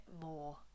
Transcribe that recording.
more